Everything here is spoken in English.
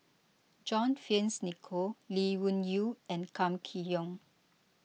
John Fearns Nicoll Lee Wung Yew and Kam Kee Yong